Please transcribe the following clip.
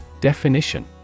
Definition